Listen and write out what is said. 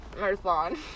marathon